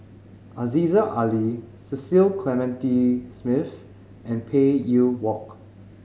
Aziza Ali Cecil Clementi Smith and Phey Yew Kok